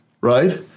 right